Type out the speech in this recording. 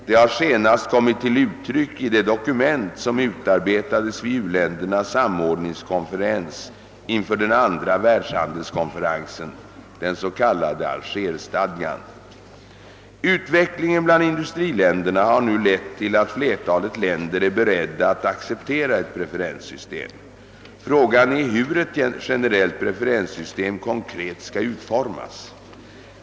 Detta har senast kommit till uttryck i det dokument, som utarbetades vid u-ländernas samordningskonfe Utvecklingen bland industriländerna har nu lett till att flertalet länder är beredda att acceptera ett preferenssystem. Frågan är hur ett generellt preferenssystem konkret skall utformas.